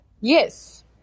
Yes